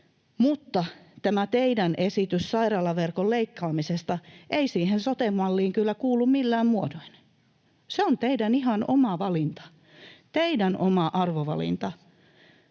Mutta tämä teidän esityksenne sairaalaverkon leikkaamisesta ei siihen sote-malliin kyllä kuulu millään muotoa. Se on ihan teidän oma valintanne, teidän oma arvovalintanne.